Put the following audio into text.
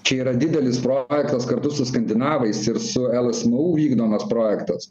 čia yra didelis projektas kartu su skandinavais ir su lsmu vykdomas projektas